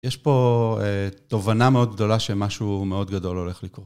יש פה תובנה מאוד גדולה שמשהו מאוד גדול הולך לקרות.